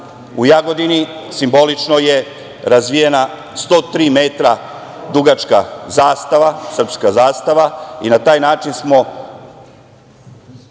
u Jagodini simbolično je razvijena 103 metra dugačka Srpska zastava i na taj način smo